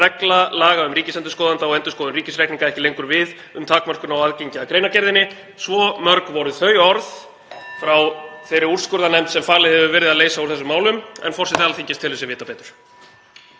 regla laga um ríkisendurskoðanda og endurskoðun ríkisreikninga ekki lengur við um takmörkun á aðgengi að greinargerðinni.“ Svo mörg voru þau orð frá þeirri úrskurðarnefnd sem falið hefur verið að leysa úr þessum málum. (Forseti hringir.) En forseti Alþingis telur sig vita betur.